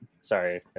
Sorry